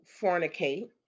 fornicate